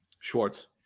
Schwartz